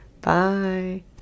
Bye